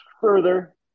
further